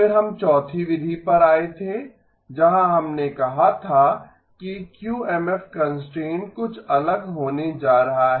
फिर हम चौथी विधि पर आए थे जहां हमने कहा था कि क्यूएमएफ कंस्ट्रेंट कुछ अलग होने जा रहा है